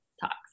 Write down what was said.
talks